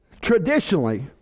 Traditionally